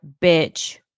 bitch